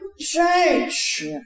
change